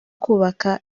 kubaka